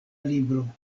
libro